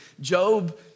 Job